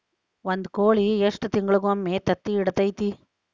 ಒಂದ್ ಕೋಳಿ ಎಷ್ಟ ತಿಂಗಳಿಗೊಮ್ಮೆ ತತ್ತಿ ಇಡತೈತಿ?